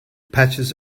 patches